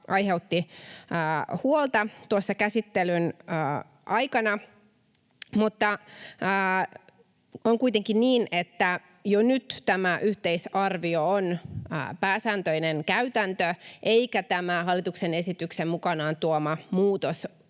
aiheutti huolta tuossa käsittelyn aikana. Mutta on kuitenkin niin, että jo nyt tämä yhteisarvio on pääsääntöinen käytäntö, eikä tämä hallituksen esityksen mukanaan tuoma muutos